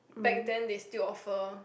back then they still offer